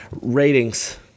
ratings